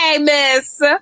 Miss